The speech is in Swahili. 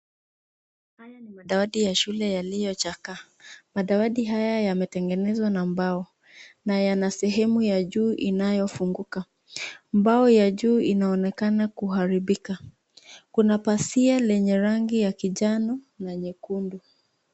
Haya ni madawati ya shule yaliyochakaa, madawati haya yametengenezwa na mbao na yana sehemu ya juu inayofunguka, mbao ya juu inaonekana kuharibika. Kuna pazia yenye rangi ya kijani na nyekundu.